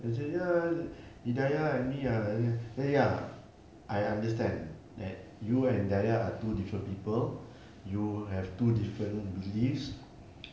she say ya dayah and me then ya I understand that you and dayah are two different people you have two different beliefs